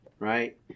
Right